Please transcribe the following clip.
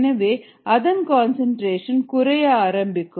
எனவே அதன் கன்சன்ட்ரேஷன் குறைய ஆரம்பிக்கும்